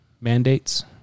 mandates